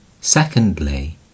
secondly